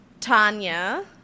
Tanya